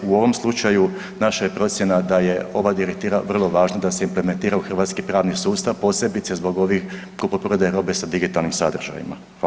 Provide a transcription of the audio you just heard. U ovom slučaju naša je procjena da je ova Direktiva vrlo važna da se implementira u hrvatski pravni sustav, posebice zbog ovih, kupoprodaje robe sa digitalnim sadržajima.